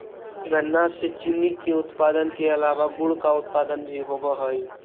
गन्ना से चीनी के उत्पादन के अलावा गुड़ का उत्पादन भी होवअ हई